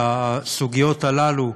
שהסוגיות האלה,